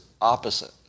opposite